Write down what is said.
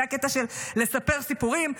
זה הקטע של לספר סיפורים.